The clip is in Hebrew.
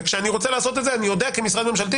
וכשאני רוצה לעשות את זה אני יודע כמשרד ממשלתי